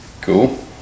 Cool